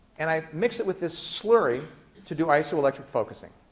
and i mix it with this slurry to do isoelectric focusing.